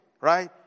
right